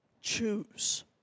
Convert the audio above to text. Choose